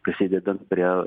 prisidedant prie